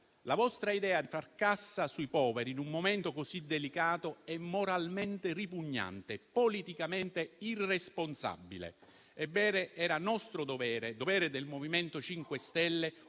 La vostra idea di far cassa sui poveri in un momento così delicato è moralmente ripugnante e politicamente irresponsabile: ebbene, era dovere nostro, del Movimento 5 Stelle,